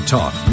Talk